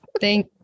Thank